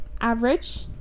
average